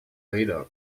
vader